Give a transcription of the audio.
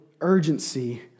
urgency